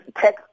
tech